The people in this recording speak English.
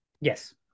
Yes